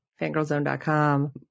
FangirlZone.com